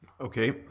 Okay